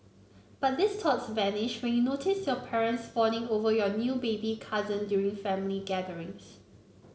but these vanished when notice your parents fawning over your new baby cousin during family gatherings